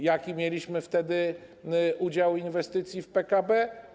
Jaki mieliśmy wtedy udział inwestycji w PKB?